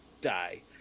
die